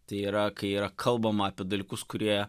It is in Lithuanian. tai yra kai yra kalbama apie dalykus kurie